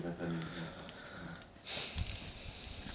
no but as in like whenever we catch it's always very weird timing leh